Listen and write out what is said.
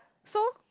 so